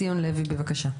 ציון לוי, בבקשה.